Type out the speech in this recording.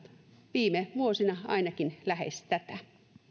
viime vuosina ainakin lähes tätä